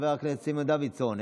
חבר הכנסת סימון דוידסון,